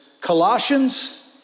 Colossians